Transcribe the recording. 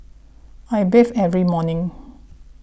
I bathe every morning